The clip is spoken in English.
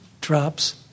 drops